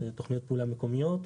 תוכניות פעולה מקומיות.